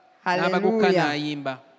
Hallelujah